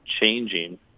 changing